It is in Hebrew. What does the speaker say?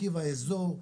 האיזור,